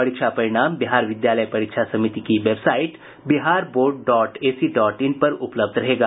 परीक्षा परिणाम बिहार विद्यालय परीक्षा समिति की website Bihar board dot A C dot in पर उपलब्ध रहेगा